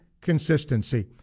consistency